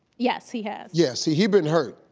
yes, he has. yeah, see, he been hurt.